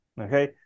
Okay